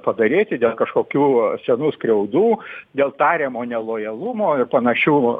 padaryti dėl kažkokių senų skriaudų dėl tariamo nelojalumo ir panašių